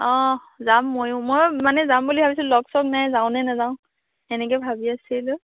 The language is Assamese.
অ' যাম ময়ো মই মানে যাম বুলি ভাবিছোঁ লগ চগ নাই যাওঁ নে নাযাওঁ সেনেকে ভাবি আছিলোঁ